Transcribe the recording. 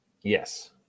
Yes